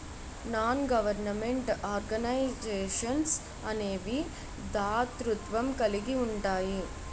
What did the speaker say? non government organisations అనేవి దాతృత్వం కలిగి ఉంటాయి